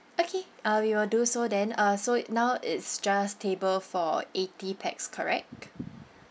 okay uh we will do so then uh so now it's just table for eighty pax correct